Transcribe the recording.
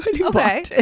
Okay